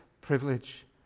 privilege